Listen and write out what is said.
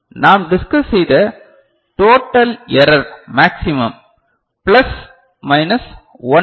நாம் டிஸ்கஸ் செய்த total error maximum plus minus 1 L